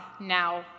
now